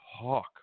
talk